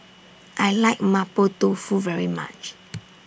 I like Mapo Tofu very much